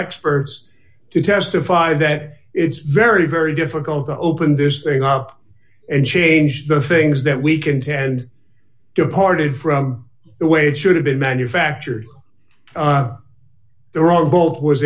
experts to testify that it's very very difficult to open this thing up and change the things that we contend departed from the way it should have been manufactured the wrong boat was